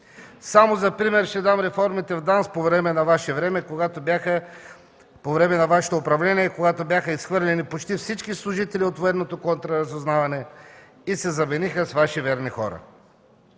Само за пример ще дам реформите в ДАНС по време на Вашето управление, когато бяха изхвърлени почти всички служители от военното контраразузнаване и се замениха с Ваши верни хора.